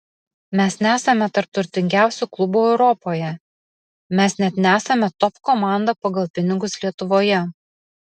mes nesame tarp turtingiausių klubų europoje mes net nesame top komanda pagal pinigus lietuvoje